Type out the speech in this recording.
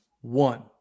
one